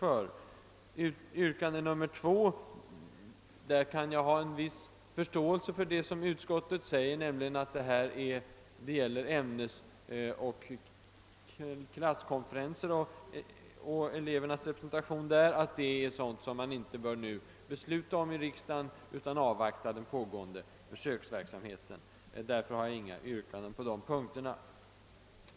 När det gäller yrkande nr 2, om elevernas representation vid ämnesoch klasskonferenser, kan jag hysa en viss förståelse för utskottets uppfattning att riksdagen inte nu bör fatta något beslut, utan bör avvakta den pågående försöksverksamheten. Därför har jag inga yrkanden på dessa punkter.